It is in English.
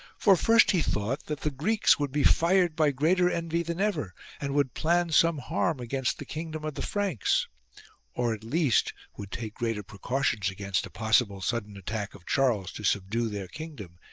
for first he thought that the greeks would be fired by greater envy than ever and would plan some harm against the kingdom of the franks or at least would take greater precautions against a possible sudden attack of charles to subdue their kingdom,